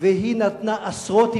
והיא נתנה עשרות,